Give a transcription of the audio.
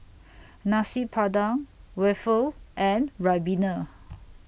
Nasi Padang Waffle and Ribena